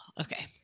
okay